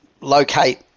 locate